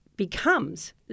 Becomes